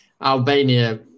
Albania